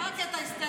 מה קטע היסטרי?